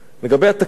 לגבי התקציב